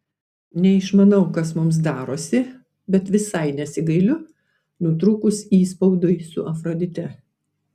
neišmanau kas mums darosi bet visai nesigailiu nutrūkus įspaudui su afrodite